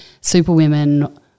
superwomen